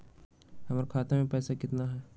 हमर खाता मे पैसा केतना है?